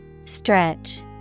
stretch